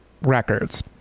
records